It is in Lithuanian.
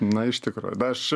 na iš tikro aš